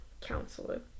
counselor